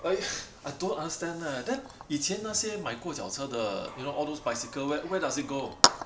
I I don't understand leh then 以前那些买过脚车的 you know all those bicycle where where does it go